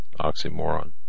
oxymoron